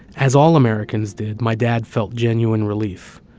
as all americans did, my dad felt genuine relief,